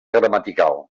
gramatical